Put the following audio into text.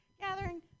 gathering